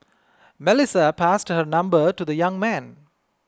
Melissa passed her number to the young man